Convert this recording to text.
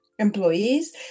employees